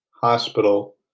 hospital